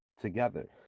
together